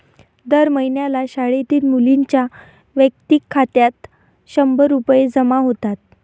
दर महिन्याला शाळेतील मुलींच्या वैयक्तिक खात्यात शंभर रुपये जमा होतात